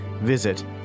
Visit